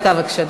דקה בבקשה.